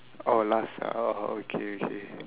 orh last ah orh okay okay